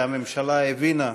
והממשלה הבינה,